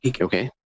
Okay